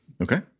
Okay